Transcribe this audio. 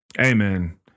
Amen